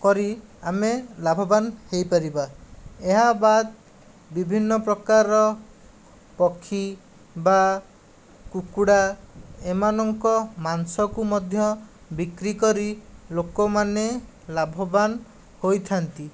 କରି ଆମେ ଲାଭବାନ୍ ହୋଇପାରିବା ଏହା ବାଦ୍ ବିଭିନ୍ନ ପ୍ରକାରର ପକ୍ଷୀ ବା କୁକୁଡ଼ା ଏମାନଙ୍କ ମାଂସକୁ ମଧ୍ୟ ବିକ୍ରି କରି ଲୋକମାନେ ଲାଭବାନ୍ ହୋଇଥାନ୍ତି